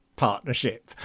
partnership